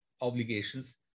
obligations